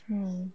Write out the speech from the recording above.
mm